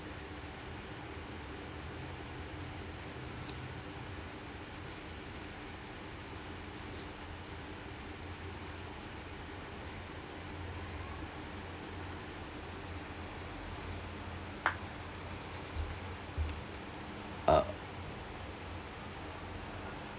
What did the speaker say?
uh